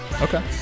Okay